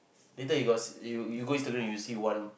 later you got s~ you you go Instagram you'll see one